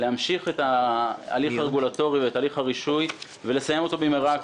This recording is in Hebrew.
להמשיך את ההליך הרגולטורי ואת הליך הרישוי ולסיים אותו במהרה,